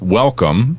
welcome